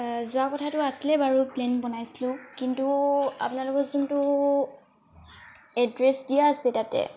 যোৱা কথাটো আছিলে বাৰু প্লেন বনাইছিলো কিন্তু আপোনালোকৰ যোনটো এড্ৰেছ দিয়া আছে তাতে